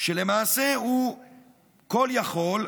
שלמעשה הוא כל-יכול,